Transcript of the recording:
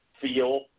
feel